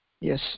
yes